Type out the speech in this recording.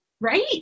right